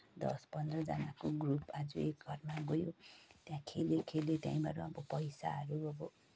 दस पन्ध्रजनाको ग्रुप आज एक घरमा गयो त्यहाँ खेल्यो खेल्यो त्यहीँबाट अब पैसाहरू